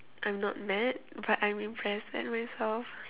I'm not mad but I'm impressed at myself